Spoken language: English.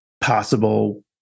possible